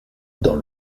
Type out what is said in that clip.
dans